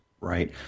Right